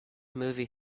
movie